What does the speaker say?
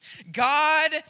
God